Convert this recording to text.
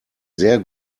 sehr